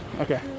Okay